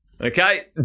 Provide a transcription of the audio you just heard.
okay